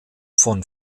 von